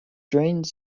drains